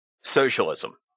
socialism